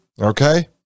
Okay